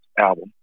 album